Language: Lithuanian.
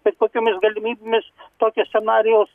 bet kokiomis galimybėmis tokio scenarijaus